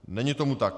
Není tomu tak.